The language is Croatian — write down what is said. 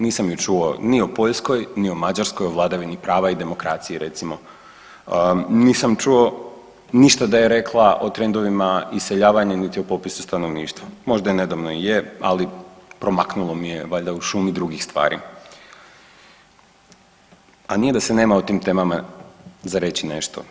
Nisam je čuo ni o Poljskoj, ni o Mađarskoj o vladavini prava i demokraciji recimo, nisam čuo ništa da je rekla o trendovima iseljavanja, niti o popisu stanovništva, možda nedavno i je, ali promaknulo mi je valjda u šumi drugih stvari, a nije da se nema o tim temama za reći nešto.